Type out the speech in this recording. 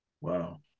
Wow